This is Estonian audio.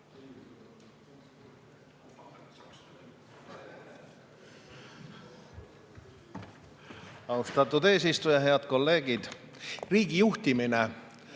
Austatud eesistuja! Head kolleegid! Riigijuhtimine